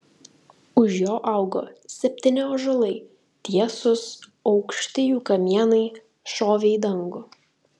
už jo augo septyni ąžuolai tiesūs aukšti jų kamienai šovė į dangų